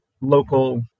local